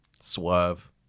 Swerve